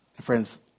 Friends